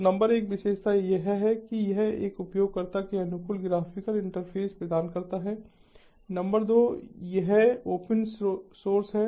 तो नंबर एक विशेषता यह है कि यह एक उपयोगकर्ता के अनुकूल ग्राफिकल इंटरफ़ेस प्रदान करता है नंबर 2 यह ओपन स्रोत है